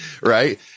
right